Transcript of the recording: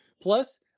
Plus